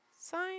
sign